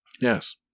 yes